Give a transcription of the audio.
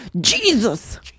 jesus